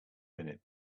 minute